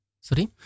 Sorry